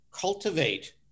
cultivate